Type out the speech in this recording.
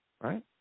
Right